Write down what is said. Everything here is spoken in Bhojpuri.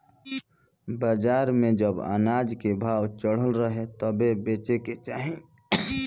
बाजार में जब अनाज भाव चढ़ल रहे तबे बेचे के चाही